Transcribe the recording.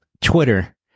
Twitter